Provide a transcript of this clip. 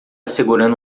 segurando